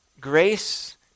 Grace